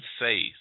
faith